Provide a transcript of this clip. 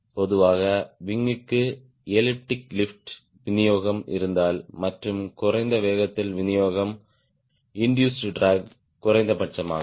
பொதுவாக விங் க்கு elliptic lift விநியோகம் இருந்தால் மற்றும் குறைந்த வேகத்தில் விநியோகம் இண்டூஸ்ட் ட்ராக் குறைந்தபட்சமாகும்